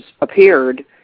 appeared